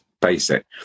basic